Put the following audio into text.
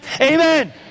Amen